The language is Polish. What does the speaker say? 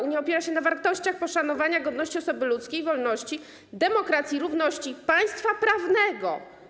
Unia opiera się na wartościach poszanowania godności osoby ludzkiej, wolności, demokracji, równości, państwa prawnego.